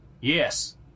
Yes